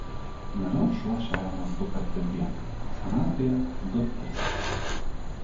vėliau šuo šeriamas dukart per dieną senatvėje du tris kartus